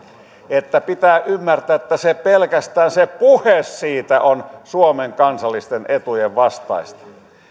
että pitää ymmärtää että pelkästään se puhe siitä on suomen kansallisten etujen vastaista